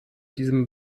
diesem